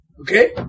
Okay